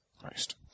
Christ